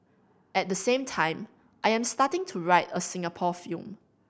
at the same time I am starting to write a Singapore film